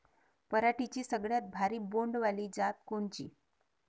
पराटीची सगळ्यात भारी बोंड वाली जात कोनची?